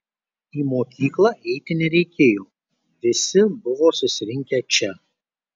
į mokyklą eiti nereikėjo visi buvo susirinkę čia